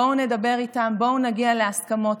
בואו נדבר איתם, בואו נגיע להסכמות.